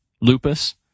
lupus